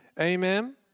Amen